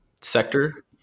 sector